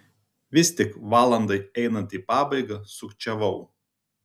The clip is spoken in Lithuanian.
vis tik valandai einant į pabaigą sukčiavau